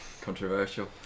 Controversial